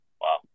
Wow